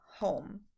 home